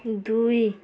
ଦୁଇ